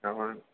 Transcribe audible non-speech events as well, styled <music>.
<unintelligible>